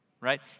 right